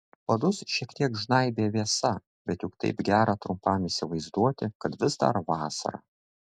padus šiek tiek žnaibė vėsa bet juk taip gera trumpam įsivaizduoti kad vis dar vasara